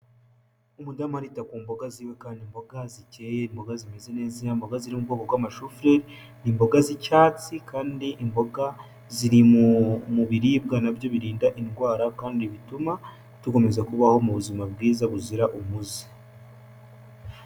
Umudamu arita ku mboga ziwe kandi imboga zikeye, imboga zimeze neza, imboga ziri mu bwoko bw'amashufureri, ni imboga z'icyatsi kandi imboga ziri mu biribwa nabyo birinda indwara kandi bituma dukomeza kubaho mu buzima bwiza buzira umuze.